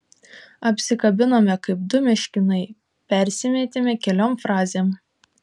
apsikabinome kaip du meškinai persimetėme keliom frazėm